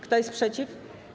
Kto jest przeciw?